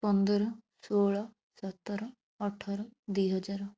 ପନ୍ଦର ଷୋହଳ ସତର ଅଠର ଦୁଇ ହଜାର